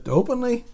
openly